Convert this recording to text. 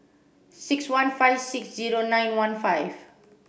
six one five six zero nine one five